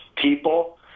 People